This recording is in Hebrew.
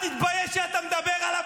תתבייש כשאתה מדבר עליו.